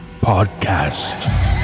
Podcast